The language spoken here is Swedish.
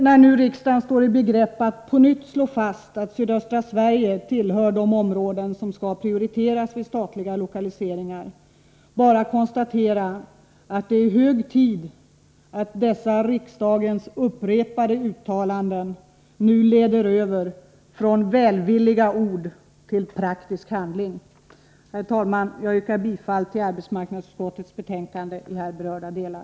När riksdagen nu står i begrepp att slå fast att sydöstra Sverige tillhör de områden som skall prioriteras vid statliga lokaliseringar, vill jag bara konstatera att det är hög tid att dessa riksdagens upprepade uttalanden leder över från välvilliga ord till praktisk handling. Herr talman! Jag yrkar bifall till arbetsmarknadsutskottets hemställan i här berörda delar.